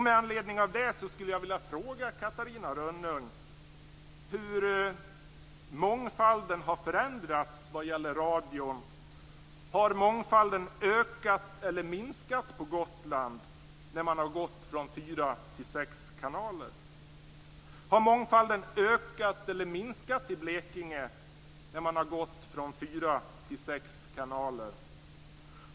Med anledning av det skulle jag vilja fråga Catarina Rönnung hur mångfalden har förändrats när det gäller radio. Har mångfalden ökat eller minskat på Gotland när man har gått från fyra till sex kanaler? Har mångfalden ökat eller minskat i Blekinge när man har gått från fyra till sex kanaler?